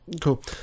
Cool